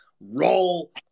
Roll